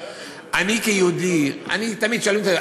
אני כיהודי, תמיד שואלים אותי: